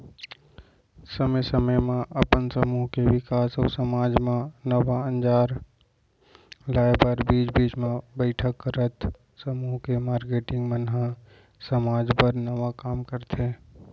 समे समे म अपन समूह के बिकास अउ समाज म नवा अंजार लाए बर बीच बीच म बइठक करत समूह के मारकेटिंग मन ह समाज बर नवा काम करथे